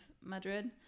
madrid